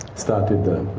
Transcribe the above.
started the